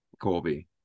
Colby